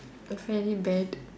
it's very bad